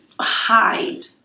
hide